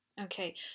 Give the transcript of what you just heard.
Okay